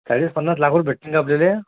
चाळीस पन्नास लाख रुपये भेटतील का आपल्याला